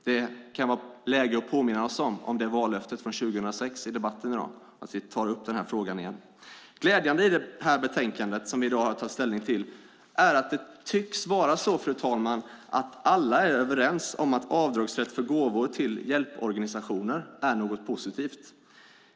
Det kan vara läge att påminna oss om vallöftet från 2006 i debatten i dag så att vi tar upp den här frågan igen. Glädjande i det betänkande som vi i dag har att ta ställning till är att det tycks vara så, fru talman, att alla är överens om att avdragsrätt för gåvor till hjälporganisationer är något positivt.